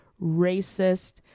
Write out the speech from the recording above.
racist